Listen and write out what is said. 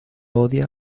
odia